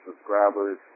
subscribers